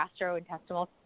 gastrointestinal